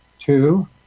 two